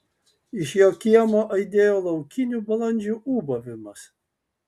iš jo kiemo aidėjo laukinių balandžių ūbavimas